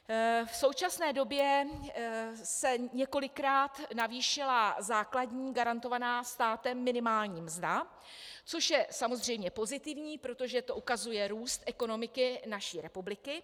V současné době se několikrát navýšila základní garantovaná státem minimální mzda, což je samozřejmě pozitivní, protože to ukazuje růst ekonomiky naší republiky.